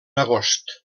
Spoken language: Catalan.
agost